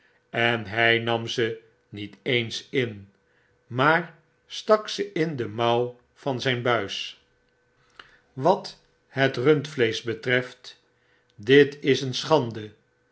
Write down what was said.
en hy nam ze niet eens in maar stak ze in de mouw van zyn buis wat het rundvleeschbetreft ditiseenschande het is g een